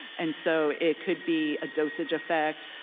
and so it could be a dosage effect,